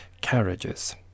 carriages